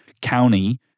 county